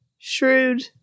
Shrewd